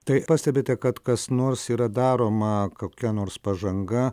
tai pastebite kad kas nors yra daroma kokia nors pažanga